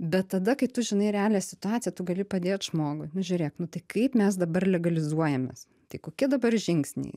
bet tada kai tu žinai realią situaciją tu gali padėt žmogui nu žiūrėk nu tai kaip mes dabar legalizuojamės tai kokie dabar žingsniai